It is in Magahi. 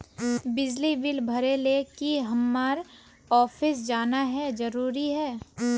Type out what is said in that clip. बिजली बिल भरे ले की हम्मर ऑफिस जाना है जरूरी है?